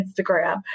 instagram